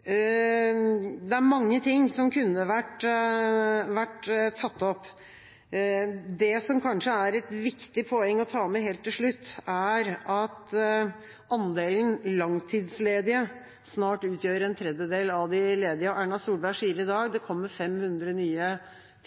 Det er mange ting som kunne vært tatt opp. Det som kanskje er et viktig poeng å ta med helt til slutt, er at andelen langtidsledige snart utgjør en tredjedel av de ledige. Erna Solberg sier i dag at det kommer 500 nye